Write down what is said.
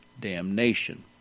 damnation